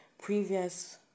previous